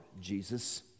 Jesus